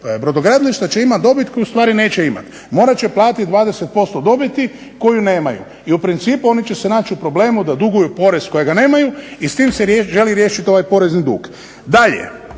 Brodogradilišta će imati dobit koju ustavi neće imati, morat će platiti 20% dobiti koju nemaju i u principu oni će se naći u problemu da duguju porez kojega nemaju i s tim se želi riješiti ovaj porezni dug. Dalje,